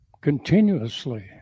continuously